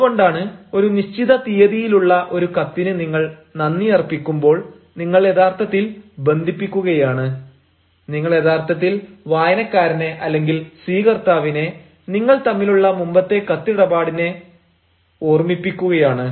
അതുകൊണ്ടാണ് ഒരു നിശ്ചിത തീയതിയിലുള്ള ഒരു കത്തിന് നിങ്ങൾ നന്ദി അർപ്പിക്കുമ്പോൾ നിങ്ങൾ യഥാർത്ഥത്തിൽ ബന്ധിപ്പിക്കുകയാണ് നിങ്ങൾ യഥാർത്ഥത്തിൽ വായനക്കാരനെ അല്ലെങ്കിൽ സ്വീകർത്താവിനെ നിങ്ങൾ തമ്മിലുള്ള മുമ്പത്തെ കത്തിടപാടിനെ ഓർമിപ്പിക്കുകയാണ്